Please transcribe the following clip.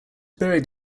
buried